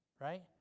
Right